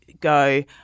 Go